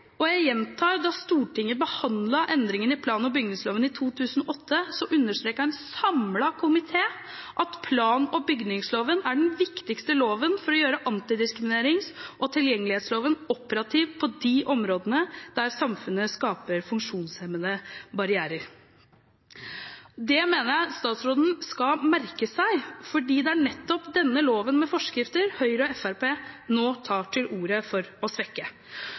og jeg gjentar at da Stortinget behandlet endringene i plan- og bygningsloven i 2008, understreket en samlet komité at plan- og bygningsloven er den viktigste loven for å gjøre antidiskriminerings- og tilgjengelighetsloven operativ på de områdene der samfunnet skaper barrierer for funksjonshemmede. Det mener jeg statsråden skal merke seg, for det er nettopp denne loven med forskrifter Høyre og Fremskrittspartiet nå tar til orde for å svekke.